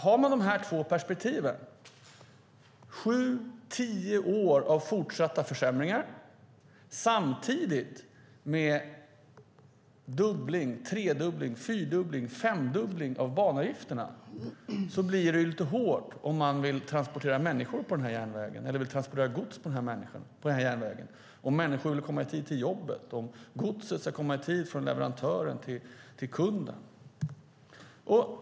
Har man de här två perspektiven, sju till tio år av fortsatta försämringar och samtidigt en tredubbling, fyrdubbling eller femdubbling av banavgifterna, blir det lite hårt om man vill transportera människor eller gods på järnvägen, om människor vill komma i tid till jobbet eller om godset ska komma i tid från leverantören till kunden.